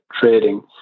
trading